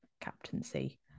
captaincy